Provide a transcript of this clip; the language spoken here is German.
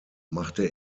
machte